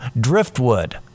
driftwood